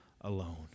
alone